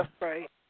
Right